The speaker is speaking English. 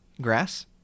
Grass